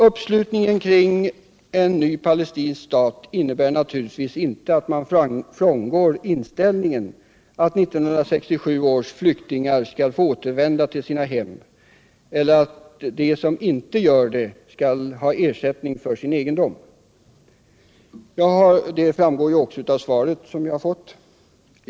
Uppslutningen kring en ny palestinsk stat innebär naturligtvis inte att man frångår inställningen att 1967 års flyktingar skall få återvända till sina hem eller att de som inte gör det skall ha ersättning för sin egendom. Det framgår också av svaret att utrikesministern har den uppfattningen.